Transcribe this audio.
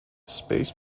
space